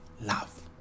love